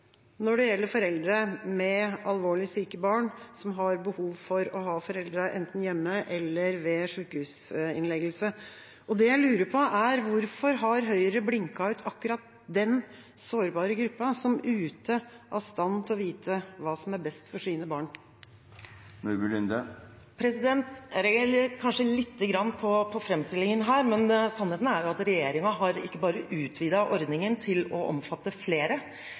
når det gjelder foreldre med alvorlig syke barn som har behov for å ha foreldrene med seg, enten hjemme eller ved sykehusinnleggelse. Det jeg lurer på, er: Hvorfor har Høyre blinket ut akkurat denne sårbare gruppa som ute av stand til å vite hva som er best for sine barn? Jeg reagerer lite grann på framstillingen her. Sannheten er jo at regjeringen ikke bare har utvidet ordningen til å omfatte flere,